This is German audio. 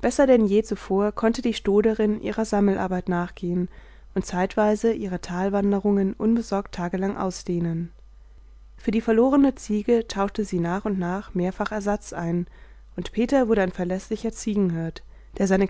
besser denn je zuvor konnte die stoderin ihrer sammelarbeit nachgehen und zeitweise ihre talwanderungen unbesorgt tagelang ausdehnen für die verlorene ziege tauschte sie nach und nach mehrfach ersatz ein und peter wurde ein verläßlicher ziegenhirt der seine